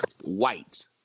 White